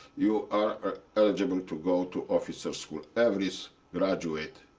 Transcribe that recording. you are eligible to go to officers' school. every graduate,